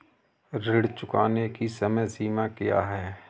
ऋण चुकाने की समय सीमा क्या है?